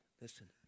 listen